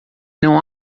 não